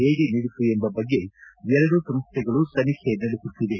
ಹೇಗೆ ನೀಡಿತು ಎಂಬ ಬಗ್ಗೆ ಎರಡೂ ಸಂಸ್ಲೆಗಳು ತನಿಖೆ ನಡೆಸುತ್ತಿವೆ